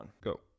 Go